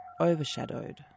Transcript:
overshadowed